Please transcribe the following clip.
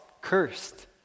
cursed